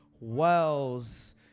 wells